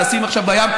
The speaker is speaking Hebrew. לעשות משהו בים,